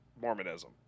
mormonism